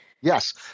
Yes